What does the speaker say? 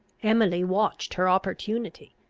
emily watched her opportunity.